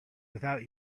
without